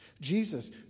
Jesus